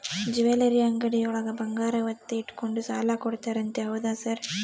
Jewellery ಅಂಗಡಿಯೊಳಗ ಬಂಗಾರ ಒತ್ತೆ ಇಟ್ಕೊಂಡು ಸಾಲ ಕೊಡ್ತಾರಂತೆ ಹೌದಾ ಸರ್?